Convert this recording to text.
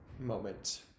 Moment